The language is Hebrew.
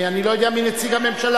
אני לא יודע מי נציג הממשלה,